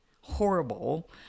horrible